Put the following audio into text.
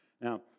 Now